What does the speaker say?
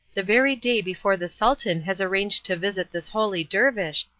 the very day before the sultan has arranged to visit this holy dervish,